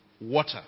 water